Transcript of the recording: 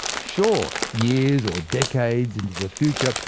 sure years or decades into the future,